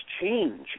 change